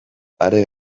are